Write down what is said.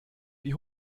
wie